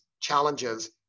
challenges